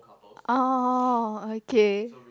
oh okay